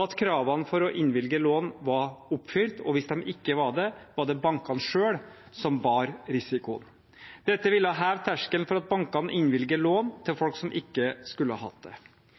at kravene for å innvilge lån var oppfylt. Og hvis de ikke var det, var det bankene selv som bar risikoen. Dette ville ha hevet terskelen for at bankene innvilger lån til folk som ikke skulle hatt det.